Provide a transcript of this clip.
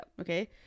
okay